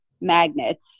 magnets